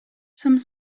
some